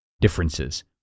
differences